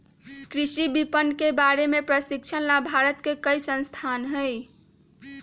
कृषि विपणन के बारे में प्रशिक्षण ला भारत में कई संस्थान हई